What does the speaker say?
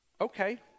Okay